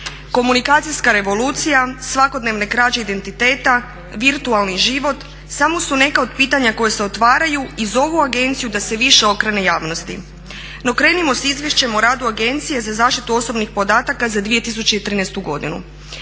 Komunikacijska revolucija, svakodnevne krađe identiteta, virtualni život, samo su neka od pitanja koja se otvaraju i zovu agenciju da se više okrene javnosti. No, krenimo s Izvješćem o radu Agencije za zaštitu osobnih podataka za 2013. godinu.